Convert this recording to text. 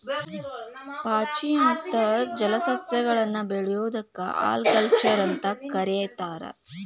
ಪಾಚಿ ಅಂತ ಜಲಸಸ್ಯಗಳನ್ನ ಬೆಳಿಯೋದಕ್ಕ ಆಲ್ಗಾಕಲ್ಚರ್ ಅಂತ ಕರೇತಾರ